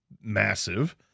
massive